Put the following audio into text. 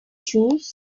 choose